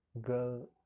girl